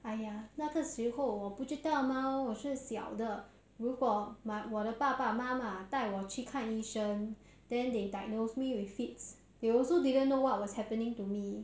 哎呀那个时候我不知道吗我是小的如果 my 我的爸爸妈妈带我去看医生 then they diagnosed me with fits they also didn't know what was happening to me